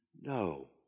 No